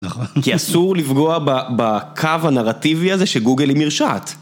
כי אסור לפגוע בקו הנרטיבי הזה שגוגל היא מרשעת.